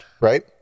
right